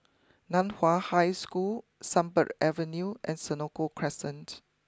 Nan Hua High School Sunbird Avenue and Senoko Crescent